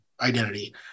identity